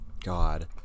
God